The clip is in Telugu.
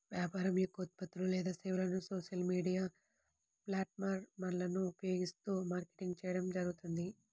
వ్యాపారం యొక్క ఉత్పత్తులు లేదా సేవలను సోషల్ మీడియా ప్లాట్ఫారమ్లను ఉపయోగిస్తూ మార్కెటింగ్ చేయడం జరుగుతుంది